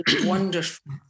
wonderful